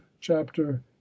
chapter